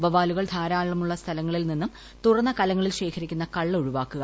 വവ്വാലുകൾ ധാരാളമുളള സ്ഥലങ്ങളിൽ നിന്നും തുറന്ന കലങ്ങളിൽ ശേഖരിക്കുന്ന കള്ള് ഒഴിവാക്കുക